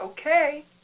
okay